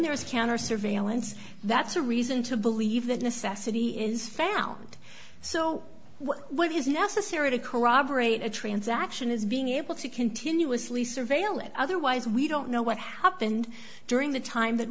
there is counter surveillance that's a reason to believe that necessity is found so what is necessary to corroborate a transaction is being able to continuously surveil it otherwise we don't know what happened during the time that